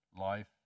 life